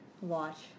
watch